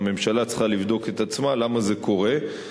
הממשלה צריכה לבדוק את עצמה למה זה קורה,